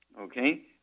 Okay